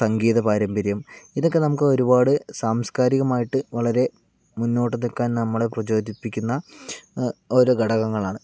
നമ്മുടെ സംഗീത പാരമ്പര്യം ഇതൊക്കെ നമുക്ക് ഒരുപാട് സാംസ്കാരികമായിട്ട് വളരെ മുന്നോട്ട് നിൽക്കാൻ നമ്മളെ പ്രചോദിപ്പിക്കുന്ന ഓരോ ഘടകങ്ങളാണ്